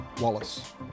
Wallace